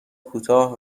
کوتاه